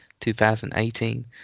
2018